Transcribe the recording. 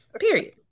period